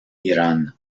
irán